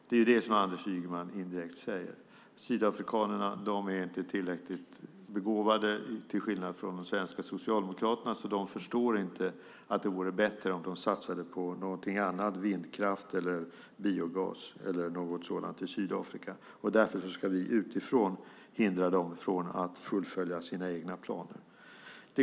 Vad Anders Ygeman indirekt säger är att sydafrikanerna inte är lika begåvade som de svenska Socialdemokraterna. De förstår inte att det vore bättre att satsa på vindkraft eller biogas, så därför ska vi utifrån hindra dem från att fullfölja sina egna planer.